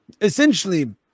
Essentially